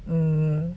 err